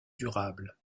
durable